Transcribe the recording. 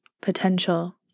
potential